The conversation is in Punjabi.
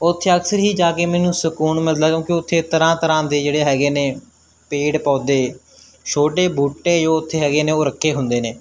ਉੱਥੇ ਅਕਸਰ ਹੀ ਜਾ ਕੇ ਮੈਨੂੰ ਸਕੂਨ ਮਿਲਦਾ ਕਿਉਂਕਿ ਉੱਥੇ ਤਰ੍ਹਾਂ ਤਰ੍ਹਾਂ ਦੇ ਜਿਹੜੇ ਹੈਗੇ ਨੇ ਪੇੜ ਪੌਦੇ ਛੋਟੇ ਬੂਟੇ ਜੋ ਉੱਥੇ ਹੈਗੇ ਨੇ ਉਹ ਰੱਖੇ ਹੁੰਦੇ ਨੇ